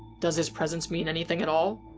does his presence mean anything at all?